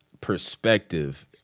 perspective